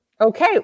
Okay